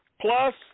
Plus